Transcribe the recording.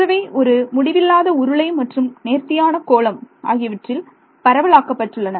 மற்றவை ஒரு முடிவில்லாத உருளை மற்றும் நேர்த்தியான கோளம் ஆகியவற்றில் பரவல் ஆக்கப்பட்டுள்ளன